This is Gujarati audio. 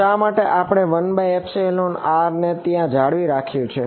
શા માટે આપણે 1r ને ત્યાં જાળવી રાખ્યું છે